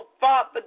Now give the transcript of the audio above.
Father